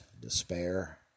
despair